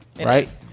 right